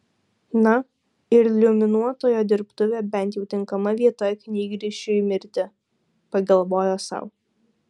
na iliuminuotojo dirbtuvė bent jau tinkama vieta knygrišiui mirti pagalvojo sau